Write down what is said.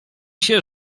się